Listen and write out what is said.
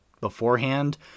beforehand